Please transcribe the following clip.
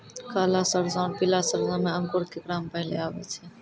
काला सरसो और पीला सरसो मे अंकुर केकरा मे पहले आबै छै?